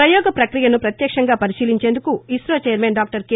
ప్రపయోగ ప్రక్రియను ప్రత్యక్షంగా పరిశీలించేందుకు ఇస్తో వైర్మన్ డాక్టర్ కె